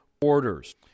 orders